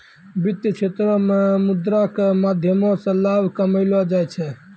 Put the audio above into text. वित्तीय क्षेत्रो मे मुद्रा के माध्यमो से लाभ कमैलो जाय छै